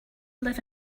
live